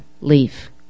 leaf